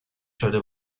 شده